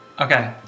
okay